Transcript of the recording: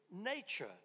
nature